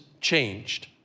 changed